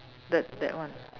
that that one